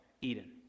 Eden